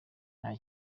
nta